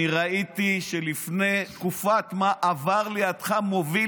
אני ראיתי שלפני תקופת-מה עבר לידך מוביל